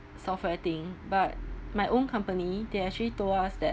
software thing but my own company they actually told us that